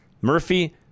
Murphy